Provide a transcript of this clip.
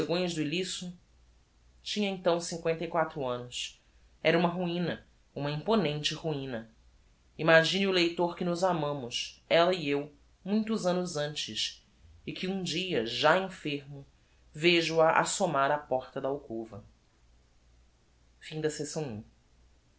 do illysso tinha então cincoenta e quatro annos era uma ruina uma imponente ruina imagine o leitor que nos amámos ella e eu muitos annos antes e que um dia já enfermo vejo a assomar á porta da alcova